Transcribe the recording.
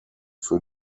für